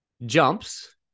Jumps